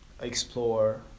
explore